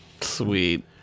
Sweet